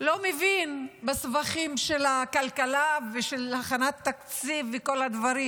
שלא מבין בסבכים של כלכלה ושל הכנת תקציב וכל הדברים,